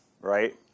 right